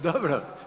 Dobro.